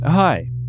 Hi